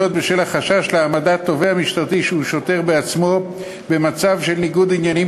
בשל החשש להעמדת תובע משטרתי שהוא שוטר בעצמו במצב של ניגוד עניינים